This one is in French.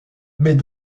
mais